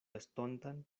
estontan